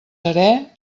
serè